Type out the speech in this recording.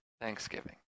Thanksgiving